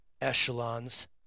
echelons